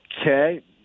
Okay